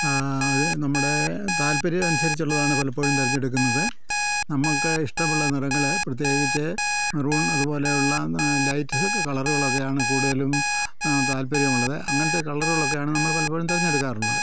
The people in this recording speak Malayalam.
അത് നമ്മുടെ താൽപര്യം അനുസരിച്ചുള്ളതാണ് പലപ്പോഴും തിരഞ്ഞെടുക്കുന്നത് നമ്മൾക്ക് ഇഷ്ടമുള്ള നിറങ്ങൾ പ്രത്യേകിച്ച് മെറൂൺ അതുപോലെയുള്ള ലൈറ്റ് കളറുകളൊക്കെയാണ് കൂടുതലും താല്പര്യമുള്ളത് അങ്ങനത്തെ കളറുകളൊക്കെയാണ് നമ്മൾ പലപ്പോഴും തിരഞ്ഞെടുക്കാറുള്ളത്